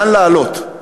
לאן לעלות: